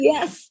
Yes